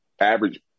average